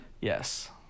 Yes